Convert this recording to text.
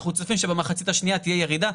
אנחנו צופים שבמחצית השנייה תהיה ירידה,